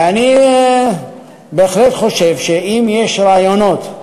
ואני בהחלט חושב שאם יש רעיונות,